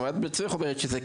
אנחנו מבחינים בין שני סוגי